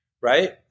right